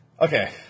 okay